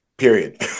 period